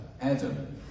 Adam